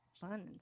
fun